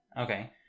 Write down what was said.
okay